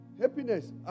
Happiness